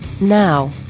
Now